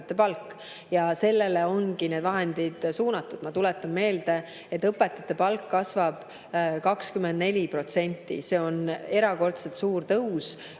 õpetajate palk. Ja sellele ongi need vahendid suunatud. Ma tuletan meelde, et õpetajate palk kasvab 24%. See on erakordselt suur tõus